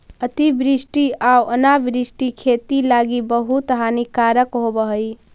अतिवृष्टि आउ अनावृष्टि खेती लागी बहुत हानिकारक होब हई